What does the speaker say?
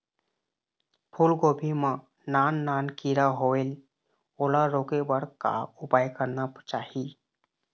फूलगोभी मां नान नान किरा होयेल ओला रोके बर का उपाय करना चाही?